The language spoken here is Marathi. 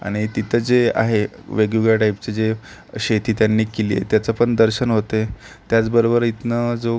आणि तिथं जे आहे वेगवेगळ्या टाईपचे जे शेती त्यांनी केली आहे त्याचं पण दर्शन होते त्याचबरोबर इथनं जो